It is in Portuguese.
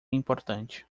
importante